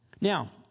Now